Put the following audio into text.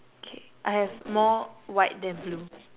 K I have more white than blue